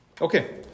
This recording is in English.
okay